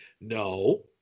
No